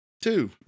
Two